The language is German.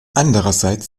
andererseits